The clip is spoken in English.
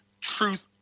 truth